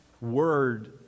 word